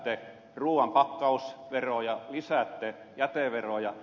lisäätte ruuan pakkausveroja lisäätte jäteveroja